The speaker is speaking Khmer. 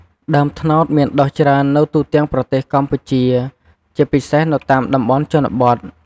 ដើមត្នោតមានដុះច្រើននៅទូទាំងប្រទេសកម្ពុជា ជាពិសេសនៅតាមតំបន់ជនបទ។